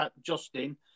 Justin